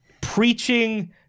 preaching